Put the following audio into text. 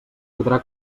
podrà